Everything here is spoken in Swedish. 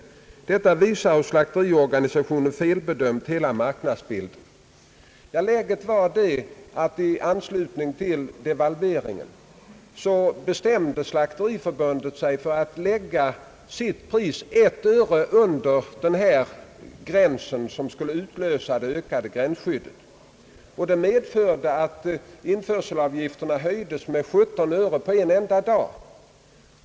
Detta visar hur slakteriorganisationen felbedömt hela marknadsbilden.» Läget var att Slakteriförbundet i anslutning till devalveringen bestämde sig för att lägga sitt pris ett öre under den gräns, som skulle wmtlösa det ökade gränsskyddet. Detta medförde att införselavgifterna höjdes med 17 öre på en enda dag.